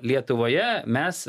lietuvoje mes